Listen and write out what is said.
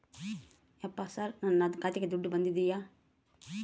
ಯಪ್ಪ ಸರ್ ನನ್ನ ಖಾತೆಗೆ ದುಡ್ಡು ಬಂದಿದೆಯ?